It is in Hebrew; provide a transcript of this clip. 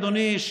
אדוני,